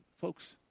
folks